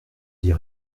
dit